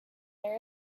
their